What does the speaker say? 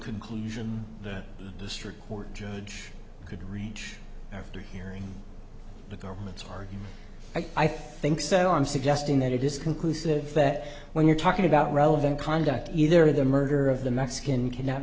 conclusion that district court judge could range after hearing the government's heart i think so i'm suggesting that it is conclusive that when you're talking about relevant conduct either the murder of the mexican cannot